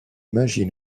magie